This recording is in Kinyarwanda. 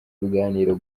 biganiro